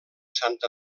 sant